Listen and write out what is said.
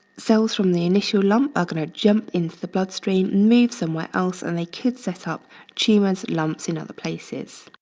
cells from the initial lump are gonna jump into the blood stream, move somewhere else, and they could set up tumors, lumps, in other places.